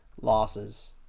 losses